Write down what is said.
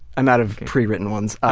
i'm out of pre-written ones.